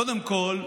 קודם כול,